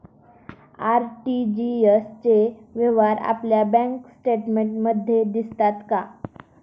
RTGS चे व्यवहार आपल्या बँक स्टेटमेंटमध्ये दिसतात का?